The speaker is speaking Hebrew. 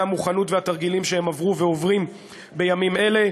המוכנות והתרגילים שהם עברו ועוברים בימים אלה,